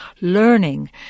learning